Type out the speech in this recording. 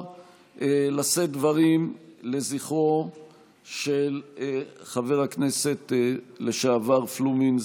לשאת דברים לזכרו של חבר הכנסת לשעבר פלומין,